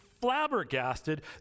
flabbergasted